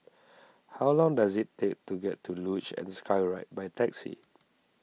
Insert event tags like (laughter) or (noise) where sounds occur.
(noise) how long does it take to get to Luge and Skyride by taxi